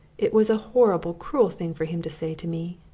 it was a horrible cruel thing for him to say to me!